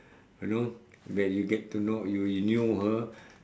you know when you get to know when you knew her